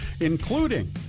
including